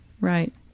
Right